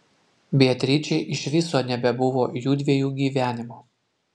beatričei iš viso nebebuvo jųdviejų gyvenimo